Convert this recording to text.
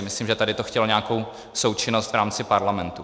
Myslím, že tady to chtělo nějakou součinnost v rámci parlamentu.